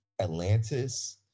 Atlantis